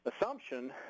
assumption